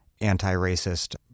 anti-racist